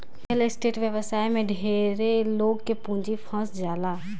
real estate व्यवसाय में ढेरे लोग के पूंजी फंस जाला